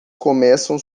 começam